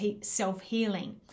self-healing